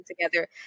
together